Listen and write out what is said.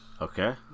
Okay